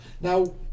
Now